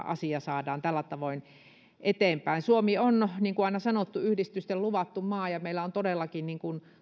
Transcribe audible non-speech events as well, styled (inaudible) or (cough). (unintelligible) asia saadaan tällä tavoin eteenpäin suomi on niin kuin aina sanottu yhdistysten luvattu maa ja meillä todellakin